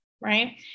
right